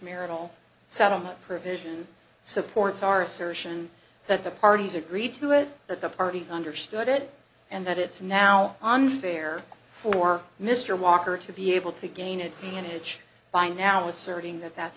marital settlement provision supports our assertion that the parties agreed to it that the parties understood it and that it's now unfair for mr walker to be able to gain an advantage by now asserting that that's